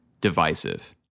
divisive